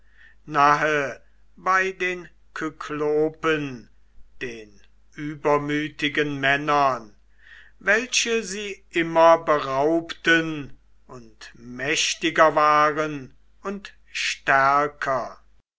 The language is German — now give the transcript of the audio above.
nahe bei den kyklopen den übermütigen männern welche sie immer beraubten und mächtiger waren und stärker